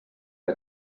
que